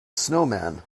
snowman